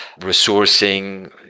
resourcing